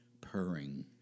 purring